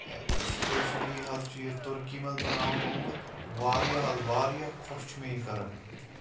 specially حظ چھُ یہِ تُرکی منٛز بَناونہٕ آمُت واریاہ حظ واریاہ خۄش چھُ مےٚ یہِ کَران